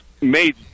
made